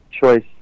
choice